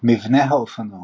מבנה האופנוע